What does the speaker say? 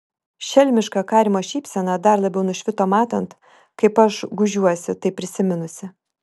šelmiška karimo šypsena dar labiau nušvito matant kaip aš gūžiuosi tai prisiminusi